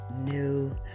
new